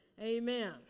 Amen